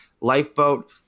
Lifeboat